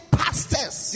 pastors